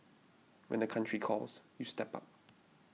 when the country calls you step up